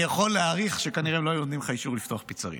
אני יכול להעריך שכנראה הם לא היו נותנים לך אישור לפתוח פיצרייה.